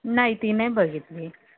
नाही ती नाही बघितली